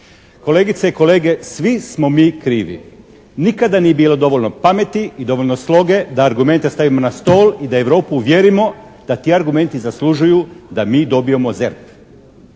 Kolegice i kolege, svi smo mi krivi. Nikada nije bilo dovoljno pameti i dovoljno sloge da argumente stavimo na stol i da Europu uvjerimo da ti argumenti zaslužuju da mi dobijemo ZERP.